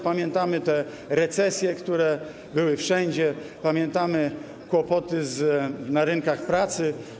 Pamiętamy te recesje, które były wszędzie, pamiętamy kłopoty na rynkach pracy.